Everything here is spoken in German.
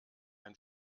ein